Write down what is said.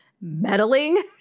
meddling